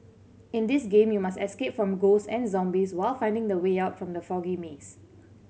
in this game you must escape from ghosts and zombies while finding the way out from the foggy maze